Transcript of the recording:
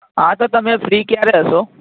હા તો તમે ફ્રી કયારે હશો